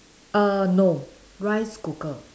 err no rice cooker